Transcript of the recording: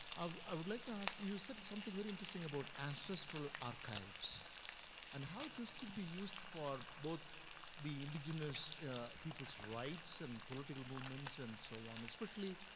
i, would like to ask you, you said something very interesting about ancestral archives and how this could be used for both the indigenous people's rights and political movements and so on. especially,